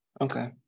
okay